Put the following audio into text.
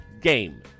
game